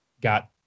got